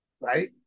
right